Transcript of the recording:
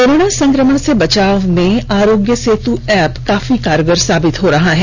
corona संक्रमण से बचाव में आरोग्य सेतु एप्प काफी कारगर साबित हो रहा है